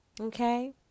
Okay